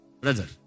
Brother